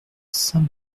saint